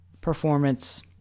performance